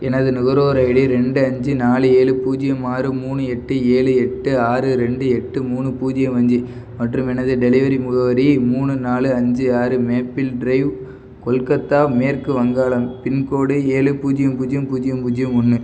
எனது நுகர்வோர் ஐடி ரெண்டு அஞ்சு நாலு ஏழு பூஜ்ஜியம் ஆறு மூணு எட்டு ஏழு எட்டு ஆறு ரெண்டு எட்டு மூணு பூஜ்ஜியம் அஞ்சு மற்றும் எனது டெலிவரி முகவரி மூணு நாலு அஞ்சு ஆறு மேப்பிள் ட்ரைவ் கொல்கத்தா மேற்கு வங்காளம் பின்கோடு ஏழு பூஜ்ஜியம் பூஜ்ஜியம் பூஜ்ஜியம் பூஜ்ஜியம் ஒன்று